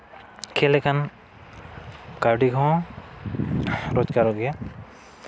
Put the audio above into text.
ᱠᱷᱮᱞ ᱞᱮᱠᱷᱟᱱ ᱠᱟᱹᱣᱰᱤ ᱦᱚᱸ ᱨᱳᱡᱽᱜᱟᱨᱚᱜ ᱜᱮᱭᱟ